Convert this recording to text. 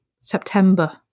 September